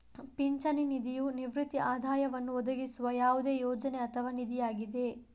ಪಿಂಚಣಿ ನಿಧಿಯು ನಿವೃತ್ತಿ ಆದಾಯವನ್ನು ಒದಗಿಸುವ ಯಾವುದೇ ಯೋಜನೆ ಅಥವಾ ನಿಧಿಯಾಗಿದೆ